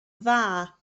dda